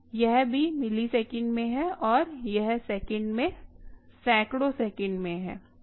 यह भी मिलीसेकंड में है और यह सेकंड में सैकड़ों सेकंड में है